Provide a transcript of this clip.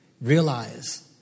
realize